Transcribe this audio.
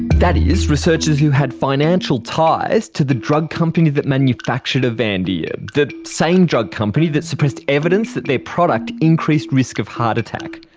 that is, researchers who had financial ties to the drug company that manufactured avandia, the same drug company that suppressed evidence that their product increased risk of heart attack.